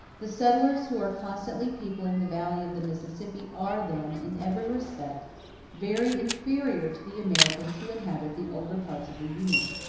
the settlers who are constantly peopling the valley of the mississippi are, then, in every respect very inferior to the americans who inhabit the older parts of the union.